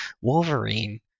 Wolverine